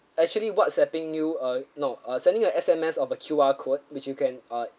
actually whatsapping you uh no uh sending S_M_S of a Q_R code which you can uh uh